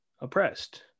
oppressed